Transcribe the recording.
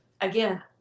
again